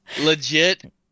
legit